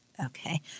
Okay